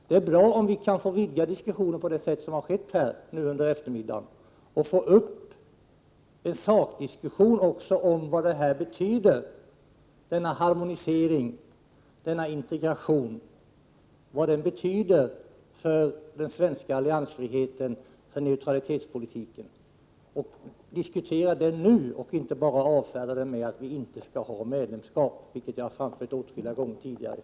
Det är bra om vi kan vidga debatten på det sätt som har skett under eftermiddagen och få i gång en sakdiskussion om vad denna harmonisering och integration egentligen betyder för den svenska alliansfriheten och neutralitetspolitiken. Låt oss diskutera detta nu och inte bara avfärda det med att Sverige inte skall ha medlemskap, vilket har framförts åtskilliga gånger i förmiddags.